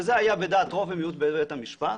וזה היה בדעת רוב ומיעוט בבית המשפט.